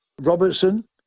Robertson